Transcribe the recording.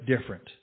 different